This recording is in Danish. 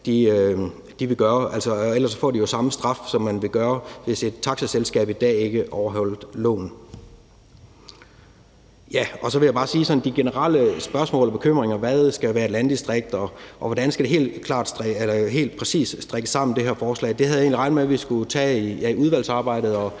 vil gøre, for ellers får de samme straf, som de vil få, hvis et taxaselskab i dag ikke overholder loven. Så vil jeg bare til de generelle spørgsmål og bekymringer, hvad der skal være landdistrikter, og hvordan det her forslag helt præcis skal strikkes sammen, sige, at jeg egentlig havde regnet med, at vi skulle tage det i udvalgsarbejdet, og